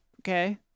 okay